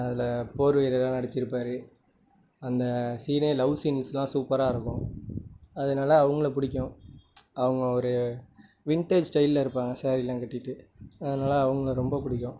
அதில் போர் வீரராக நடித்திருப்பாரு அந்த சீனே லவ் சீன்ஸ்லாம் சூப்பராக இருக்கும் அதனால அவங்களை பிடிக்கும் அவங்க ஒரு வின்டேஜ் ஸ்டைலில் இருப்பாங்க சேரிலாம் கட்டிக்கிட்டு அதனால அவங்களை ரொம்ப பிடிக்கும்